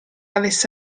avesse